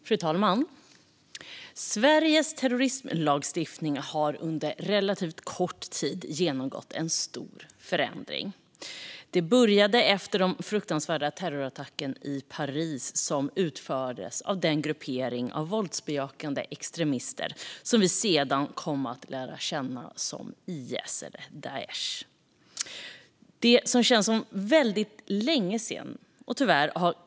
Fru talman! Sveriges terrorismlagstiftning har på relativt kort tid genomgått en stor förändring. Det började efter de fruktansvärda terrorattacker i Paris som utfördes av den gruppering av våldsbejakande extremister som vi sedan kom att lära känna som IS eller Daish. Det känns som väldigt länge sedan.